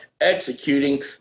executing